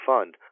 Fund